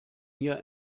hier